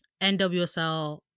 NWSL